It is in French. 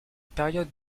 période